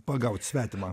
pagaut svetimą